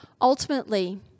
Ultimately